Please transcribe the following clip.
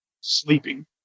sleeping